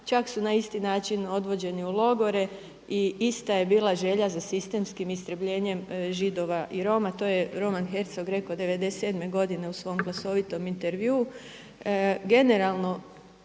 čak su na isti način odvođeni u logore i ista je bila želja za sistemskim istrebljenjem Židova i Roma. To je Roman Herzog rekao '97. godine u svom glasovitom intervjuu. Generalno